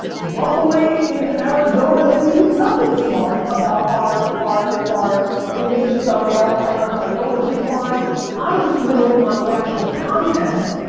rumbling in arizona. like we do nothing smart about our our image thumbnail and our title, which is why i'm just winning on the actual content,